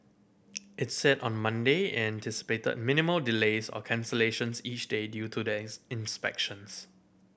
it said on Monday anticipated minimal delays or cancellations each day due to the inspections